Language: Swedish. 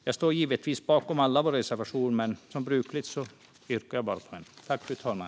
Jag står givetvis bakom alla våra reservationer, men som brukligt yrkar jag bifall enbart till en.